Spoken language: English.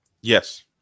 Yes